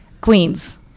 Queens